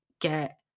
get